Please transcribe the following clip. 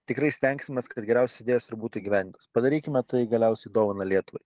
tikrai stengsimės kad geriausi ir būtų įgyvendintos padarykime tai galiausiai dovana lietuvai